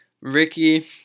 Ricky